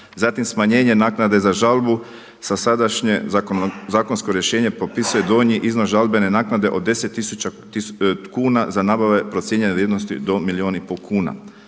zatim smanjenje naknade za žalu sa sadašnje zakonsko rješenje propisuje donji iznos žalbene naknade od deset tisuća kuna za nabave procijenjene vrijednosti do milijun i pol kuna.